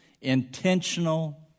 intentional